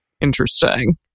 Interesting